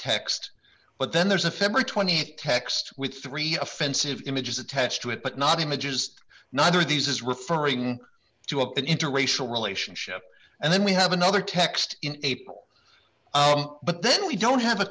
text but then there's a february th text with three offensive images attached to it but not images neither of these is referring to an interracial relationship and then we have another text in april but then we don't have a